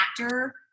actor